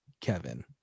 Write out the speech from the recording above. Kevin